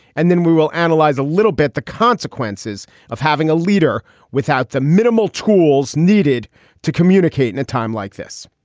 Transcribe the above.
and then we will analyze a little bit the consequences of having a. you're without the minimal tools needed to communicate in a time like this.